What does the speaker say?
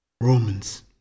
Romans